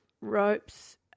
Ropes